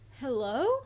Hello